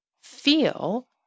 feel